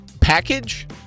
package